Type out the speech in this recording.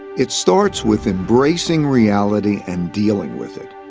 it starts with embracing reality and dealing with it.